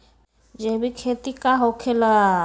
जैविक खेती का होखे ला?